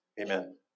Amen